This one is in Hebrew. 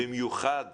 במיוחד